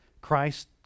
Christ